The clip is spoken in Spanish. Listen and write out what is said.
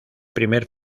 primer